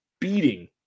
beating